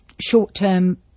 short-term